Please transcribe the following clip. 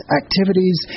activities